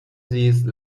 these